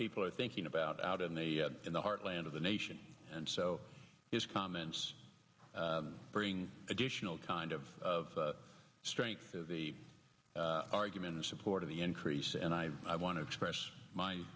people are thinking about out in the in the heartland of the nation and so his comments bring additional kind of strength to the argument in support of the increase and i i want to express my